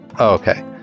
okay